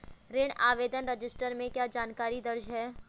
ऋण आवेदन रजिस्टर में क्या जानकारी दर्ज है?